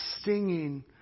stinging